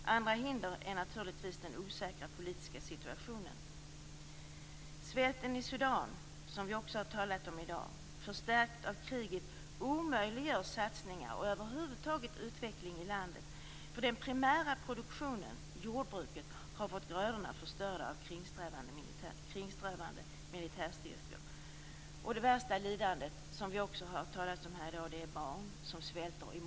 Ett annat hinder är den osäkra politiska situationen. Svälten i Sudan, som vi också har talat om i dag, förstärkt av kriget, omöjliggör satsningar och utveckling i landet över huvud taget, eftersom den primära produktionen, dvs. jordbruket, har fått grödorna förstörda av kringströvande militära styrkor. Det värsta lidandet drabbar barn, som svälter. Också detta har nämnts här i dag.